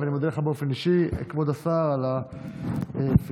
אני מודה לך באופן אישי, כבוד השר, על הפרגון,